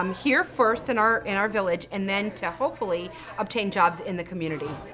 um here first, in our in our village, and then to hopefully obtain jobs in the community.